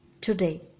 Today